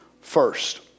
first